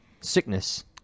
sickness